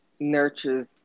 nurtures